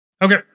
Okay